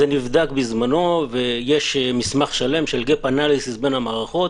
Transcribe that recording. זה נבדק בזמנו ויש מסמך שלם של gap analysis בין המערכות,